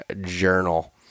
journal